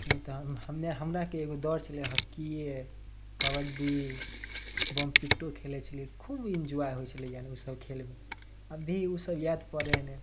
नै तऽ हम हमे हमरा कि एगो दौड़ छलै हॉकिये कबड्डी बमपिट्टो खेलै छलियै खुब इन्जॉय होइ छलै यानि ऊ सब खेल मे अभी ऊ सब याद पड़े हय नै